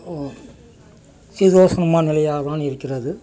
நிலையாக தான் இருக்கிறது